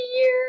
year